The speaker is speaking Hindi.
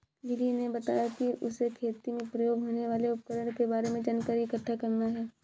लिली ने बताया कि उसे खेती में प्रयोग होने वाले उपकरण के बारे में जानकारी इकट्ठा करना है